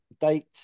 date